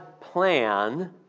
plan